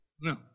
No